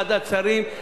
ועדת שרים,